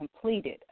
completed